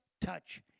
touch